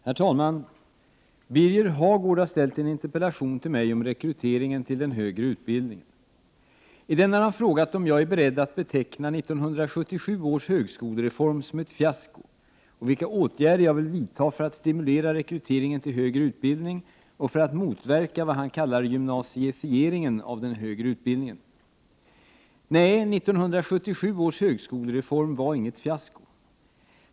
Herr talman! Birger Hagård har ställt en interpellation till mig om rekryteringen till den högre utbildningen. I interpellationen har han frågat om jag är beredd att beteckna 1977 års högskolereform som ett fiasko och vilka åtgärder jag vill vidta för att stimulera rekryteringen till högre utbildning och för att motverka vad han kallar ”gymnasifieringen” av den högre utbildningen. Nej, 1977 års högskolereform var inget fiasko.